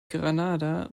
granada